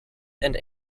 and